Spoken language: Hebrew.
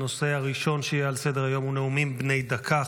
הנושא הראשון על סדר-היום הוא נאומים בני דקה.